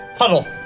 Huddle